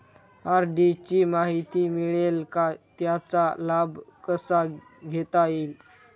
RD ची माहिती मिळेल का, त्याचा लाभ कसा घेता येईल?